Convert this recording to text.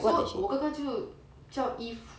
so 我哥哥就叫 eve